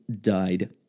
died